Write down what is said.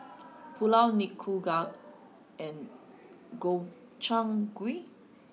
Pulao Nikujaga and Gobchang Gui